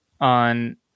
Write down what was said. on